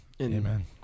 Amen